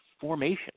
formation